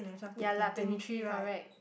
ya lah twenty three correct